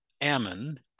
Ammon